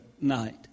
night